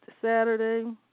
Saturday